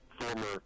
former